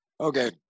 okay